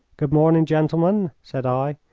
good morning, gentlemen, said i.